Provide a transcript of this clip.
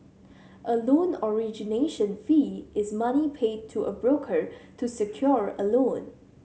a loan origination fee is money paid to a broker to secure a loan